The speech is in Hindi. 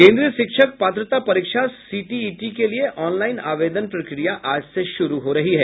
केन्द्रीय शिक्षक पात्रता परीक्षा सीटीईटी के लिए ऑनलाइन आवेदन प्रक्रिया आज से शुरू हो रही है